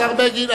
השר בגין,